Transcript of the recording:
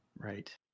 Right